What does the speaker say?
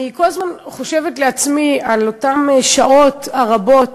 אני כל הזמן חושבת לעצמי על אותן שעות רבות